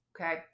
Okay